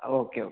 okay okay